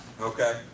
okay